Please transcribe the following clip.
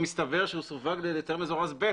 מסתבר שהוא סווג בהיתר מזורז ב'.